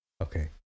Okay